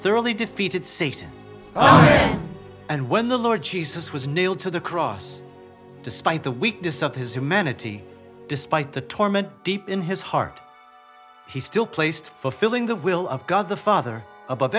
thoroughly defeated satan and when the lord jesus was nailed to the cross despite the weak disappears humanity despite the torment deep in his heart he still placed fulfilling the will of god the father above